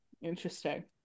Interesting